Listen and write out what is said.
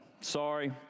Sorry